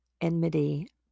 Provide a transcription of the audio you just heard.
enmity